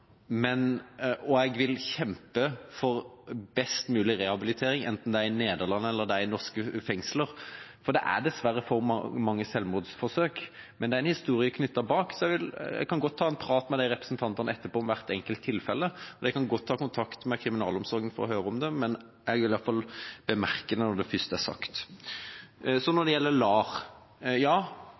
men jeg vil kjempe for best mulig rehabilitering, enten det er i Nederland eller i norske fengsler, for det er dessverre for mange selvmordsforsøk, men det er en historie bak dem. Jeg kan godt ta en prat etterpå med de representantene som har nevnt dette, om hvert enkelt tilfelle, og de kan godt ta kontakt med kriminalomsorgen for å høre om det, men jeg vil i alle fall bemerke det når det først er sagt. Når det gjelder LAR: